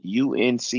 UNC